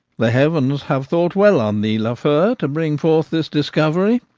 the heavens have thought well on thee, lafeu, to bring forth this discov'ry.